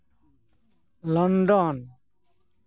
London